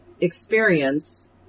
experience